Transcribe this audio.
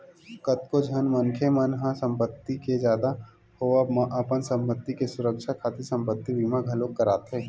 कतको झन मनखे मन ह संपत्ति के जादा होवब म अपन संपत्ति के सुरक्छा खातिर संपत्ति बीमा घलोक कराथे